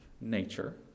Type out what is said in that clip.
nature